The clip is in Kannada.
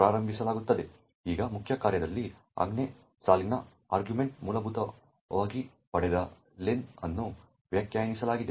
ಈಗ ಮುಖ್ಯ ಕಾರ್ಯದಲ್ಲಿ ಆಜ್ಞಾ ಸಾಲಿನ ಆರ್ಗ್ಯುಮೆಂಟ್ನಿಂದ ಮೂಲಭೂತವಾಗಿ ಪಡೆದ ಲೆನ್ ಅನ್ನು ವ್ಯಾಖ್ಯಾನಿಸಲಾಗಿದೆ